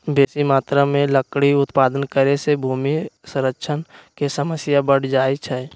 बेशी मत्रा में लकड़ी उत्पादन करे से भूमि क्षरण के समस्या बढ़ जाइ छइ